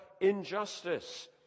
injustice